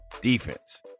defense